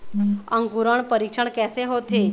अंकुरण परीक्षण कैसे होथे?